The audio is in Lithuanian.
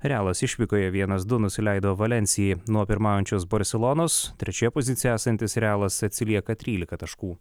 realas išvykoje vienas du nusileido valensijai nuo pirmaujančios barselonos trečioje pozicijoje esantis realas atsilieka trylika taškų